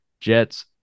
Jets